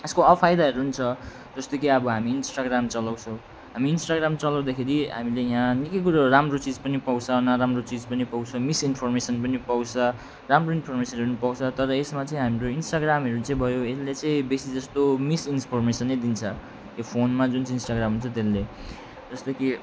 यसको अफाइदाहरू नि छ जस्तो कि अब हामी इन्स्टाग्राम चलाउँछौँ हामी इन्स्टाग्राम चलाउँदाखेरि हामीले याँ निकै कुरोहरू राम्रो चिज पनि पाउँछ नराम्रो चिज पनि पाउँछ मिसइन्फर्मेसन पनि पाउँछ राम्रो इन्फर्मेसन पनि पाउँछ तर यसमा चाहिँ हाम्रो इन्स्टाग्रामहरू चाहिँ भयो यसले चाहिँ बेसी जस्तो मिसइन्फर्मेस नै दिन्छ यो फोनमा जुन चाहिँ इन्स्टाग्राम छ त्यसले जस्तो कि